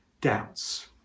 doubts